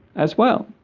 as well